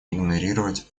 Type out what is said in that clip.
игнорировать